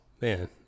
man